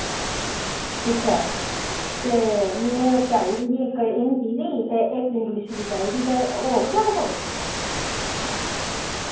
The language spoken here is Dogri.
अच्छा ते मैं चाहिदी ही इक हिंदी दी ते इक इंग्लिश दी चाहिदी ते होग थुआढ़े कोल